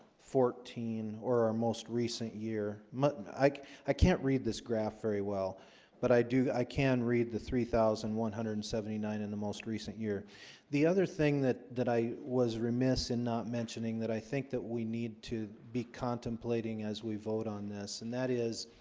fourteen or our most recent year, but and like i can't read this graph very well but i do i can read the three thousand one hundred and seventy nine in the most recent year the other thing that that i was remiss in not mentioning that i think that we need to be contemplating as we vote on this and that is